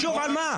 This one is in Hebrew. חשוב על מה?